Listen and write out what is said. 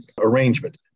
arrangement